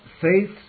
faith